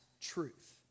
truth